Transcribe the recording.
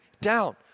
down